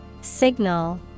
Signal